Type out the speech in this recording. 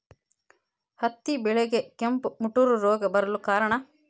ಹತ್ತಿ ಬೆಳೆಗೆ ಕೆಂಪು ಮುಟೂರು ರೋಗ ಬರಲು ಕಾರಣ?